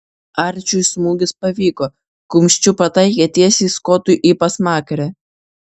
arčiui smūgis pavyko kumščiu pataikė tiesiai skotui į pasmakrę